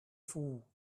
fool